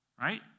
right